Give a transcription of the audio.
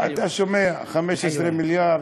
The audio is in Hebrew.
אתה שומע 15 מיליארד,